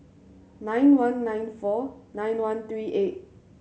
nine one nine four nine one three eight